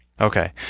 Okay